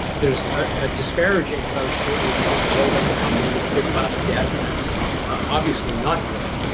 there's a disparaging approach to it where you just load up a company with a big amount of debt and that's obviously not good.